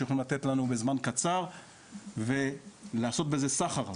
שיכולים לתת לנו בזמן קצר ולעשות בזה סחר.